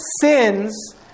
sins